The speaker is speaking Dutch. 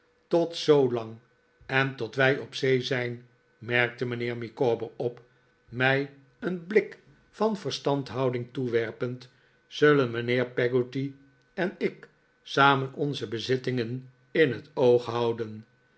tot zoolang en tot wij op zee zijn merkte mijnheer micawber op mij een blik van verstandhouding toewerpend zullen mijnheer peggotty en ik samen onze bezittingen in het oog houden